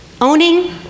Owning